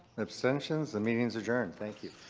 abstentions. the meeting's adjourned. thank you.